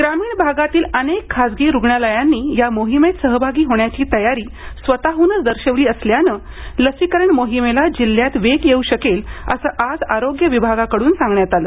ग्रामीण भागातील अनेक खासगी रुग्णालयांनी या मोहिमेत सहभागी होण्याची तयारी स्वतःहनच दर्शवली असल्यानं लसीकरण मोहिमेला जिल्ह्यात वेग येऊ शकेल असं आज आरोग्य विभागाकडून सांगण्यात आलं